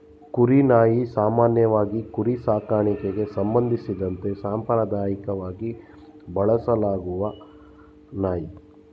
ಕುರಿ ನಾಯಿ ಸಾಮಾನ್ಯವಾಗಿ ಕುರಿ ಸಾಕಣೆಗೆ ಸಂಬಂಧಿಸಿದಂತೆ ಸಾಂಪ್ರದಾಯಕವಾಗಿ ಬಳಸಲಾಗುವ ನಾಯಿ